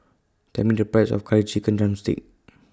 Tell Me The Price of Curry Chicken Drumstick